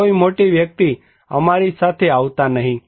કોઈ મોટી વ્યક્તિ અમારી સાથે આવતા નહીં